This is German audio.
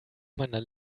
meiner